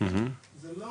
זה לא,